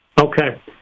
Okay